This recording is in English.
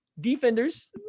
defenders